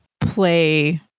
play